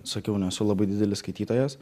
sakiau nesu labai didelis skaitytojas